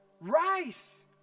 rice